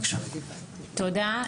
תודה.